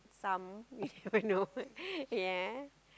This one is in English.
some you never know ya